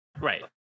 Right